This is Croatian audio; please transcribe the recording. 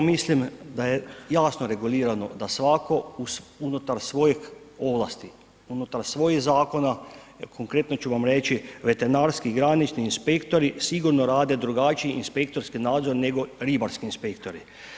Upravo mislim da je jasno regulirano da svatko unutar svoje ovlasti, unutar svojih zakona, konkretno ću vam reći veterinarski, granični inspektori sigurno rade drugačiji inspektorski nadzor nego ribarski inspektori.